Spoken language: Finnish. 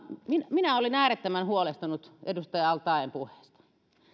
minä olen äärettömän huolestunut edustaja al taeen puheista